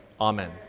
Amen